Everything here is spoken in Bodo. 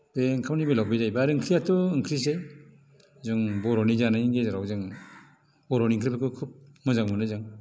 जे ओंखामनि बेलायाव बे जाहैबाय आरो ओंख्रियाथ' ओंख्रिसो जों बर'नि जानायनि गेजेराव जों बर'नि ओंख्रिफोरखौ खुब मोजां मोनो जों